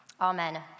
Amen